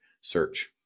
search